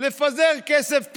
לפזר כסף בחירות,